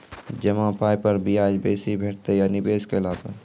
जमा पाय पर ब्याज बेसी भेटतै या निवेश केला पर?